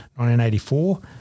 1984